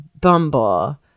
Bumble